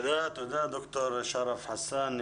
תודה דוקטור שרף חסאן,